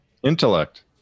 intellect